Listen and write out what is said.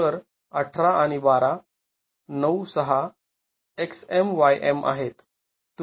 तर १८ आणि १२ ९६ xM yM आहेत